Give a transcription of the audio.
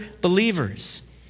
believers